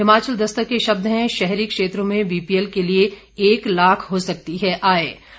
हिमाचल दस्तक के शब्द हैं शहरी क्षेत्रों में बीपीएल के लिए एक लाख हो सकती है आय सीमा